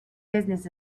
business